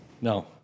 No